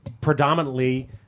predominantly